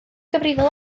gyfrifol